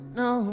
no